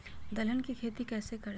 दलहन की खेती कैसे करें?